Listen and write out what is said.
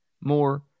more